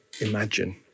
imagine